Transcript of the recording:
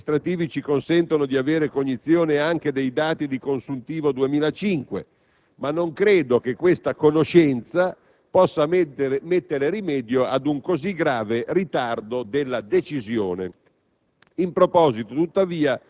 Certo, i nostri uffici amministrativi ci consentono di avere cognizione anche dei dati di consuntivo 2005, ma non credo che questa conoscenza possa mettere rimedio ad un così grave ritardo della decisione.